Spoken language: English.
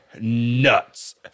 nuts